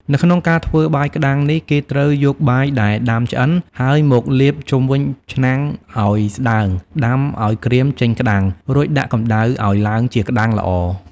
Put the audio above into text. នៅក្នុងការធ្វើបាយក្តាំងនេះ គេត្រូវយកបាយដែរដាំឆ្អិនហើយមកលាបជុំវិញឆ្នាំងអោយស្តើងដាំអោយក្រៀមចេញក្ដាំង រួចដាក់កម្ដៅអោយឡើងជាក្ដាំងល្អ។